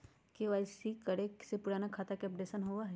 KYC करें से पुराने खाता के अपडेशन होवेई?